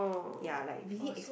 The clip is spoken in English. ya like really exp~